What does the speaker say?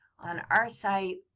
on our site,